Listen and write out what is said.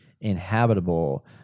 inhabitable